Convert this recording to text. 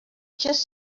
just